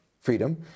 freedom